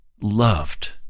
loved